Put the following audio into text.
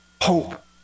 Hope